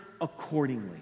accordingly